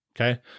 okay